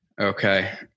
Okay